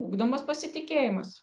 ugdomas pasitikėjimas